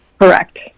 Correct